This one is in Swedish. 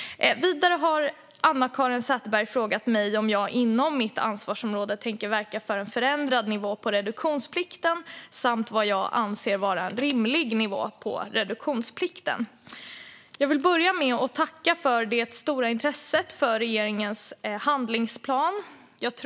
Vidare har Anna-Caren Sätherberg frågat mig om jag inom mitt ansvarsområde tänker verka för en förändrad nivå på reduktionsplikten samt vad jag anser vara en rimlig nivå på reduktionsplikten. Jag vill börja med att tacka för det stora intresset för regeringens handlingsplan.